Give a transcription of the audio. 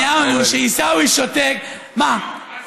הוא גם היה פה תייר,